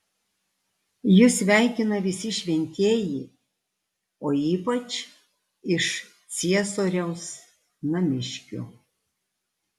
jus sveikina visi šventieji o ypač iš ciesoriaus namiškių